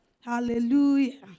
Hallelujah